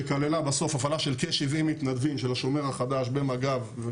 שכללה בסוף הפעלה של כשבעים מתנדבים של השומר החדש ומג"ב.